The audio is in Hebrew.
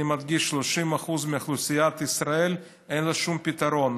אני מדגיש: ל-30% מאוכלוסיית ישראל אין שום פתרון,